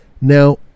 Now